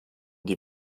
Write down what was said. die